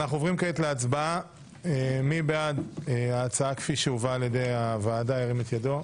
אנחנו עוברים מי בעד ההצעה כפי שהובאה על-ידי הוועדה ירים את ידו?